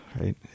right